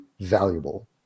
valuable